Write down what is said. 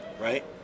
right